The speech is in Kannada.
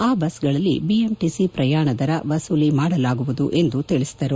ಆ ಬಸ್ಗಳಲ್ಲಿ ಬಿಎಂಟಿಸಿ ಪ್ರಯಾಣ ದರ ಮಸೂಲಿ ಮಾಡಲಾಗುವುದು ಎಂದು ತಿಳಿಸಿದರು